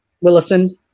Willison